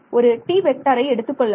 ஒரு எடுத்துக்கொள்ளலாம்